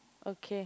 okay